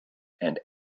and